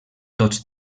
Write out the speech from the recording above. tots